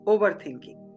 Overthinking